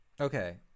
Okay